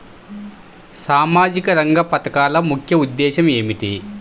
సామాజిక రంగ పథకాల ముఖ్య ఉద్దేశం ఏమిటీ?